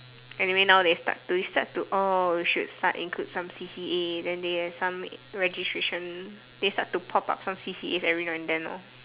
anyway now they start they start to oh we should start include some C_C_A then they have some registration they start to pop up some C_C_A every now and then lor